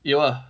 有 ah